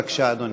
בבקשה, אדוני.